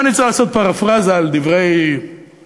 אם אני צריך לעשות פרפראזה על דברי קורצ'אק,